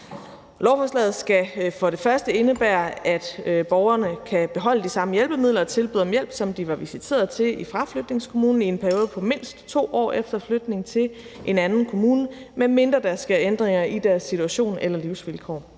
Lovforslaget skal for det første indebære, at borgerne kan beholde de samme hjælpemidler og tilbud om hjælp, som de var visiteret til i fraflytningskommunen, i en periode på mindst 2 år efter flytning til en anden kommune, medmindre der sker ændringer i deres situation eller livsvilkår.